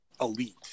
elite